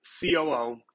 COO